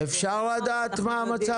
אפשר לדעת מה המצב?